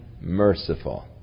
merciful